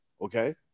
okay